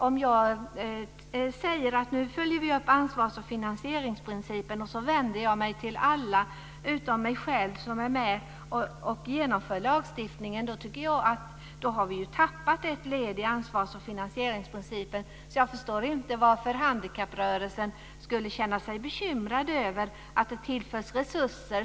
Om jag säger att nu följer vi upp ansvars och finansieringsprincipen och så vänder jag mig till alla utom mig själv som ska vara med och genomföra lagstiftningen, då tycker jag att vi har tappat ett led i ansvars och finansieringsprincipen. Jag förstår inte varför handikapprörelsen skulle känna sig bekymrad över att det tillförs resurser.